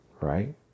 right